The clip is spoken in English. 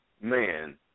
Man